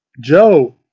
Joe